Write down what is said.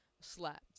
slapped